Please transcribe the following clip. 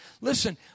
Listen